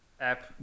App